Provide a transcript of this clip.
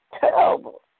terrible